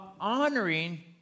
honoring